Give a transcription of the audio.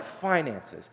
finances